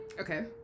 Okay